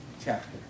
chapter